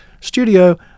studio